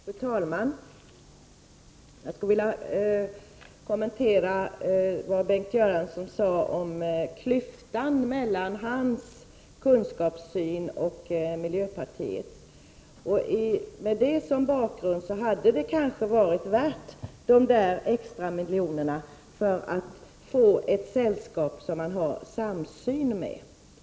Fru talman! Jag skulle vilja kommentera det Bengt Göransson sade om klyftan mellan hans kunskapssyn och miljöpartiets. Med det som bakgrund hade det kanske varit värt de extra miljonerna för att få ett sällskap som man är samsynt med.